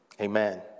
amen